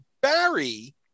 Barry